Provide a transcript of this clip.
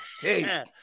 Hey